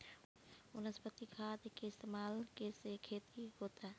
वनस्पतिक खाद के इस्तमाल के से खेती होता